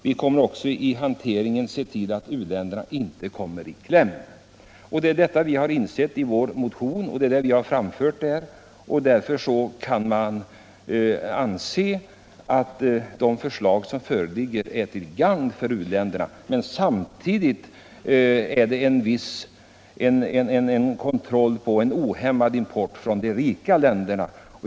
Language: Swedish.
Vi kommer också att i hanteringen se till att u-länderna inte kommer i kläm.” Detta har vi insett, och vi har framfört samma tankegång i vår motion. Det förslag som föreligger är alltså till gagn för u-länderna, men samtidigt ger det en viss kontroll över en ohämmad import från de rika länderna.